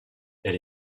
elle